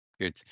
good